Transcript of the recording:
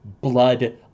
Blood